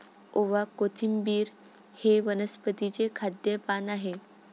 ओवा, कोथिंबिर हे वनस्पतीचे खाद्य पान आहे